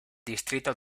distrito